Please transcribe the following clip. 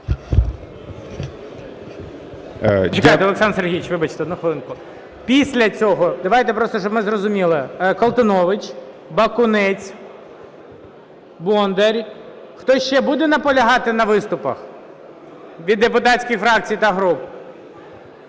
Після цього – давайте просто, щоб ми зрозуміли – Колтунович, Бакунець, Бондар. Хтось ще буде наполягати на виступах від депутатських фракцій так груп?